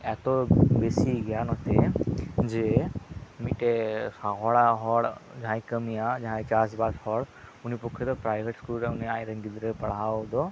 ᱮᱛᱚ ᱵᱮᱥᱤ ᱜᱮᱭᱟ ᱱᱚᱛᱮ ᱡᱮ ᱢᱤᱫᱴᱮᱱ ᱦᱚᱲᱟᱜ ᱦᱚᱲ ᱡᱟᱦᱟᱸᱭ ᱠᱟᱹᱢᱤᱭᱟ ᱡᱟᱦᱟᱭ ᱪᱟᱥ ᱵᱟᱥ ᱦᱚᱲ ᱩᱱᱤ ᱯᱚᱠᱠᱷᱮ ᱫᱚ ᱯᱨᱟᱭᱵᱷᱮᱴ ᱥᱠᱩᱞ ᱨᱮ ᱩᱱᱤ ᱟᱡᱨᱮᱱ ᱜᱤᱫᱽᱨᱟᱹ ᱯᱟᱲᱦᱟᱣ ᱫᱚ